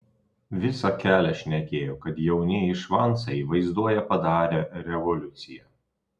visą kelią šnekėjo kad jaunieji švancai vaizduoja padarę revoliuciją